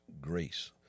grace